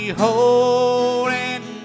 holding